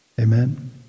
Amen